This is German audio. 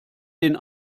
den